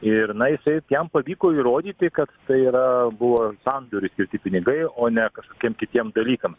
ir na jisai jam pavyko įrodyti kad tai yra buvo sandoriui skirti pinigai o ne kažkokiem kitiems dalykams